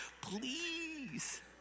please